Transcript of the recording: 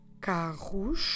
carros